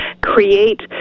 create